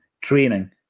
training